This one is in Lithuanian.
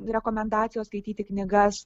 rekomendacijos skaityti knygas